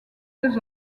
deux